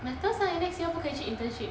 matters lah 你 next year 不可以去 internship